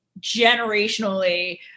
generationally